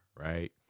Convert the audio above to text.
right